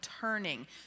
turning